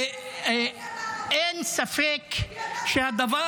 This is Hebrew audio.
מה שמשפיל זה שאתה חבר כנסת --- אין ספק שהדבר